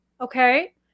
Okay